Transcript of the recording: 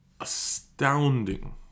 astounding